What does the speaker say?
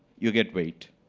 you get weight.